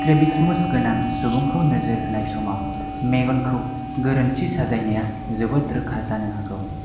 strabismus गोनां सुबुंखौ नोजोर होनाय समाव मेगनखौ गोरोन्थि साजायनाया जोबोद रोखा जानो हागौ